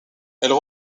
elles